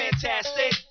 fantastic